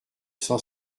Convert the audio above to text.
cent